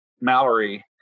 mallory